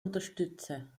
unterstütze